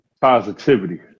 Positivity